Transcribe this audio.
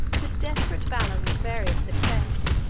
with desperate valor, and various success